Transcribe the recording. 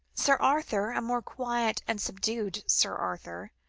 sir arthur, a more quiet and subdued sir arthur,